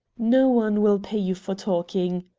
no one will pay you for talking,